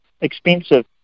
expensive